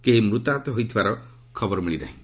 କେହି ମୃତାହତ ହୋଇଥିବାର ଖବର ମିଳି ନାହିଁ